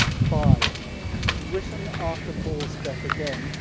five written after paul's death, again,